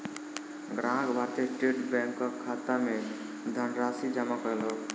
ग्राहक भारतीय स्टेट बैंकक खाता मे धनराशि जमा कयलक